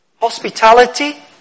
Hospitality